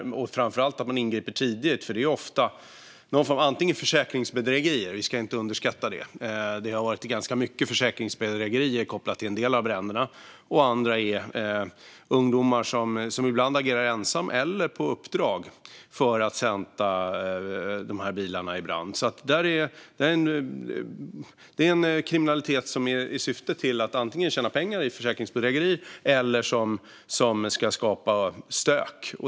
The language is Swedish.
Det handlar framför allt om att ingripa tidigt. Det handlar ofta om någon form av försäkringsbedrägeri; vi ska inte underskatta den andelen. Det har varit ganska många försäkringsbedrägerier kopplade till en del av bränderna. Andra bränder handlar om ungdomar som ibland agerar ensamma och ibland på uppdrag för att sätta bilar i brand. Det här är en kriminalitet som syftar till att antingen tjäna pengar på försäkringsbedrägerier eller till att skapa stök.